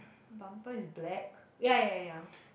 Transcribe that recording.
bumper is black ya ya ya ya